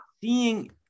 seeing